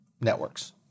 networks